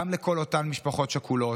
גם לכל אותן משפחות שכולות,